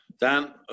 Dan